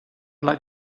like